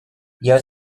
jeu